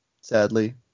sadly